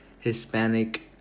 Hispanic